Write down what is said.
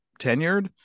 tenured